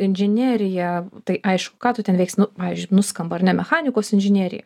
inžineriją tai aišku ką tu ten veiksi nu pavyzdžiui nuskamba ar ne mechanikos inžinerija